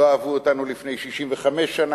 לא אהבו אותנו לפני 65 שנה,